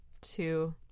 two